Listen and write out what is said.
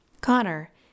Connor